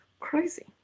Crazy